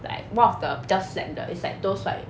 like one of the 比较 slack 的 is like those like